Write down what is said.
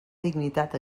dignitat